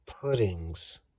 Puddings